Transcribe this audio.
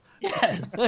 Yes